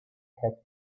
had